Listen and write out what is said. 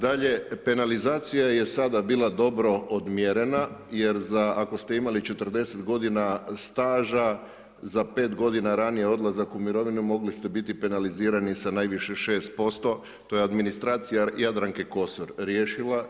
Dalje, penalizacija je sada bila dobro odmjerena jer za, ako ste imali 40 godina staža za 5 godina ranije odlazak u mirovinu mogli ste bili penalizirani sa najviše 6%, to je administracija Jadranke Kosor riješila.